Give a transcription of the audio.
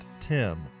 Tim